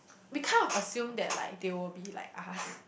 we kind of assume that like they will be like us